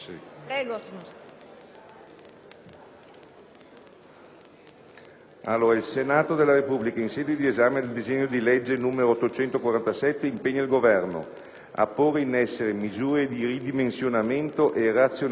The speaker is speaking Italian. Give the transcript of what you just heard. Il Senato della Repubblica, in sede di esame del disegno di legge n. 847, impegna il Governo a porre in essere misure di ridimensionamento e razionalizzazione degli assetti organizzativi